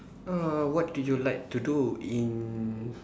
uh what do you like to do in